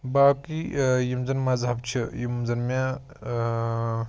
باقٕے ٲں یِم زَن مذہب چھِ یِم زَن مےٚ ٲں